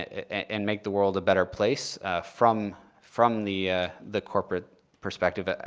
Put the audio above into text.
and make the world a better place from from the the corporate perspective.